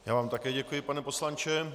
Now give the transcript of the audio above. Já vám také děkuji, pane poslanče.